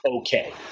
okay